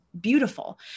beautiful